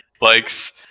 likes